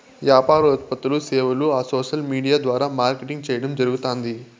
యాపార ఉత్పత్తులూ, సేవలూ ఆ సోసల్ విూడియా ద్వారా మార్కెటింగ్ చేయడం జరగుతాంది